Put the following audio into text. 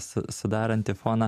sudaranti foną